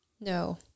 No